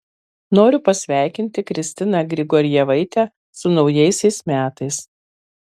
noriu pasveikinti kristiną grigorjevaitę su naujaisiais metais